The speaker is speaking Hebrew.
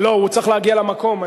הוא צריך להגיע למקום.